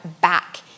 back